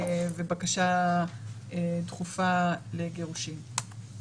ובקשה דחופה לגירושין.